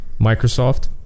Microsoft